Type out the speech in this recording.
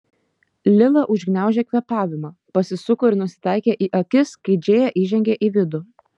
lila užgniaužė kvėpavimą pasisuko ir nusitaikė į akis kai džėja įžengė į vidų